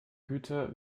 güter